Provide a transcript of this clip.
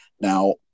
Now